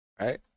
right